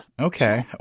Okay